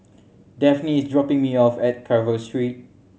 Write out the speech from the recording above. Dafne is dropping me off at Carver Street